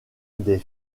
des